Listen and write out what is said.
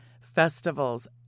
festivals